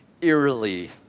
eerily